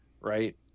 right